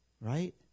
right